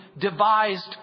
devised